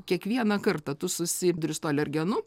kiekvieną kartą tu susiduri su tuo alergenu